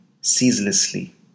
ceaselessly